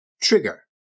Trigger